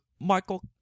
Michael